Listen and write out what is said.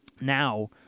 now